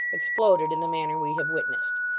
exploded in the manner we have witnessed.